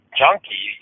junkie